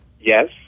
yes